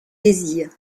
désirs